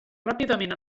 ràpidament